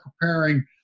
preparing